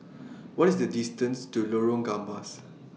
What IS The distance to Lorong Gambas